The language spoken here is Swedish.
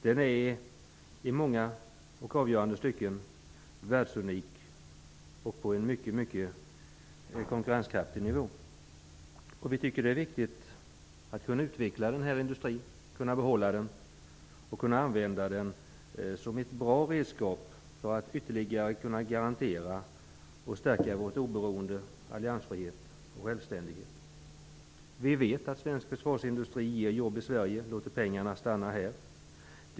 Den är i mångt och mycket världsunik och ligger på en konkurrenskraftig nivå. Vi i Centern tycker att det är viktigt att försvarsindustrin utvecklas, så att den kan behållas. Den kan då användas som ett bra redskap för att vi ytterliggare skall kunna garantera och stärka vårt oberoende och vår alliansfrihet och självständighet. Vi vet att svensk försvarsindustri ger jobb i Sverige. Pengarna stannar här.